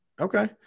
Okay